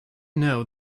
know